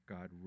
God